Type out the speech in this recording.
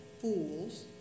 fools